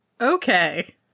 okay